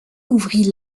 ouvrit